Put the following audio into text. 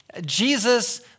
jesus